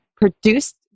produced